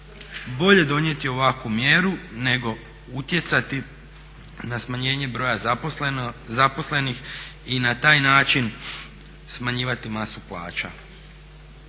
bolje donijeti ovakvu mjeru, nego utjecati na smanjenje broja zaposlenih i na taj način smanjivati masu plaća.